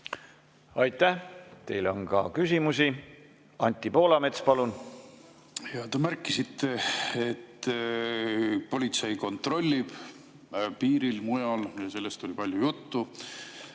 Aitäh! Teile on ka küsimusi. Anti Poolamets, palun! Jah. Te märkisite, et politsei kontrollib piiril ja mujal, sellest oli palju juttu.